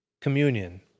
Communion